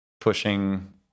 pushing